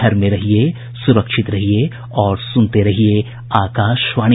घर में रहिये सुरक्षित रहिये और सुनते रहिये आकाशवाणी